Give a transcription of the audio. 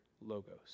Logos